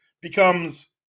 becomes